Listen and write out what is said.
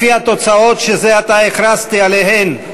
לפי התוצאות שזה עתה הכרזתי עליהן,